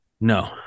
No